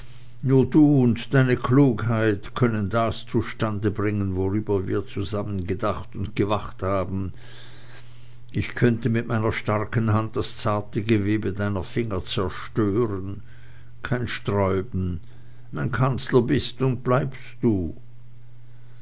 du und deine klugheit können das zustande bringen worüber wir zusammen gedacht und gewacht haben ich könnte mit meiner starken hand das zarte gewebe deiner finger zerstören kein sträuben mein kanzler bist und bleibst du